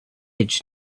edged